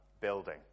building